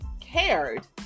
cared